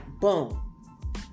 boom